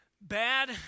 Bad